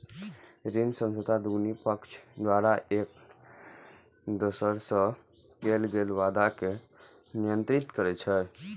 ऋण समझौता दुनू पक्ष द्वारा एक दोसरा सं कैल गेल वादा कें नियंत्रित करै छै